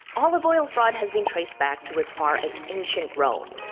olive oil fraud has been traced back to as far as ancient rome.